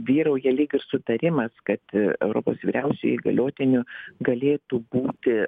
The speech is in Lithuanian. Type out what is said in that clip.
vyrauja lyg ir sutarimas kad europos vyriausiuoju įgaliotiniu galėtų būti